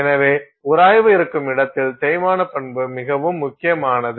எனவே உராய்வு இருக்கும் இடத்தில் தேய்மான பண்பு மிகவும் முக்கியமானது